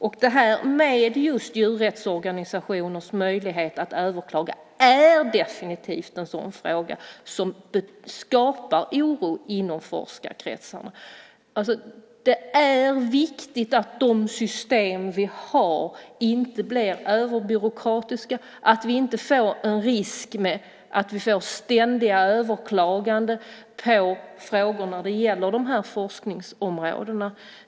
Just det här med djurrättsorganisationers möjlighet att överklaga är definitivt en sådan fråga som skapar oro inom forskarkretsarna. Det är viktigt att de system som vi har inte blir överbyråkratiska och att det inte blir en risk för ständiga överklaganden av frågor när det gäller forskningsområdena.